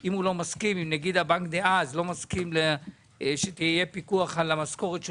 אם נגיד הבנק דאז לא מסכים שיהיה פיקוח על המשכורת של